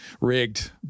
rigged